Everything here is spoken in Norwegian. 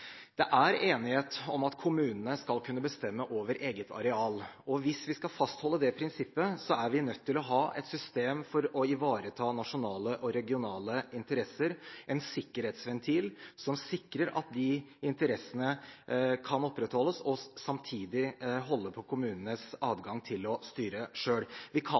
Det er enighet om at kommunene skal kunne bestemme over eget areal. Hvis vi skal fastholde det prinsippet, er vi nødt til å ha et system for å ivareta nasjonale og regionale interesser, en sikkerhetsventil som sikrer at disse interessene kan opprettholdes, og samtidig holde på kommunenes adgang til å styre selv. Vi kan